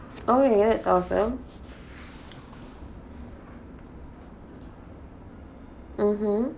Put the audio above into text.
oh that's awesome mmhmm